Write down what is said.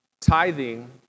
Tithing